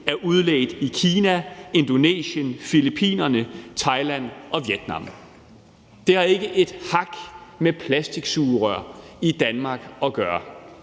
er udledt af Kina, Indonesien, Filippinerne, Thailand og Vietnam. Det har ikke et hak med plastiksugerør i Danmark at gøre.